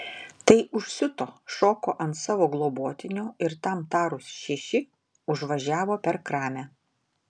tai užsiuto šoko ant savo globotinio ir tam tarus šeši užvažiavo per kramę